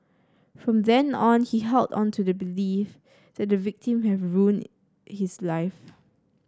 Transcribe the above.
from then on he held on to the belief that the victim have ruined his life